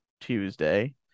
Tuesday